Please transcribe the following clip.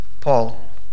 Paul